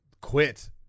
quit